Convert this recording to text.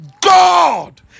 God